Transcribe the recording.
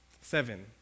seven